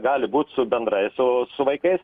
gali būt su bendrais su vaikais